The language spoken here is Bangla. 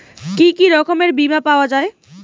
কি কি রকমের বিমা পাওয়া য়ায়?